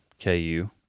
KU